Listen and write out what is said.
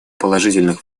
положительных